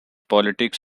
politics